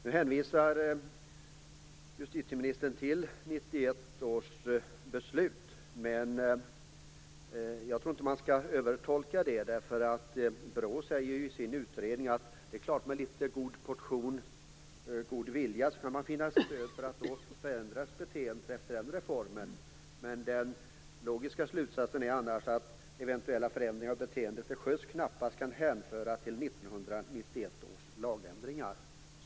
Justitieministern hänvisar till 1991 års beslut, men jag tror inte man skall övertolka det. BRÅ säger i sin utredning att man med en portion god vilja kan finna stöd för att tro att beteendet förändrats efter den reformen. Men den logiska slutsatsen är annars att eventuella förändringar av beteendet till sjöss knappast kan hänföras till 1991 års lagändringar.